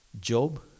Job